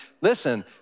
listen